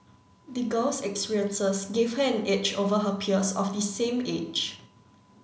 the girl's experiences gave her an edge over her peers of the same age